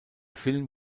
film